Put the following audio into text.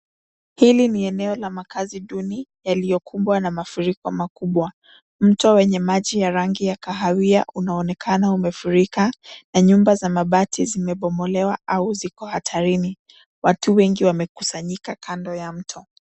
Hili ni eneo la makazi duni yaliyokumbwa na mafuriko makubwa. Mto wenye maji ya rangi ya kahawia unaonekana umefurika na nyumba za mabati zimebomolewa au ziko hatarini. Watu wengi wamekusanyika kando ya mto.